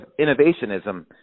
innovationism